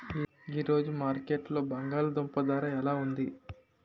ఈ రోజు మార్కెట్లో బంగాళ దుంపలు ధర ఎలా ఉంది?